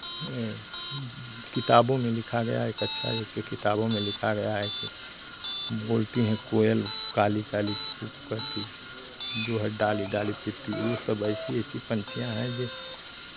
किताबों में लिखा गया है एक अच्छा किताबों में लिखा गया है कि बोलती हैं कोयल काली काली कूँ कूँ करती जो है डाली डाली फिरती वो सब ऐसी ऐसी पंछियाँ हैं ये